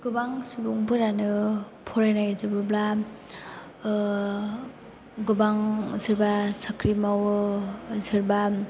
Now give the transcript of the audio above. गोबां सुबुंफोरानो फरायनाय जोबोब्ला गोबां सोरबा साख्रि मावो सोरबा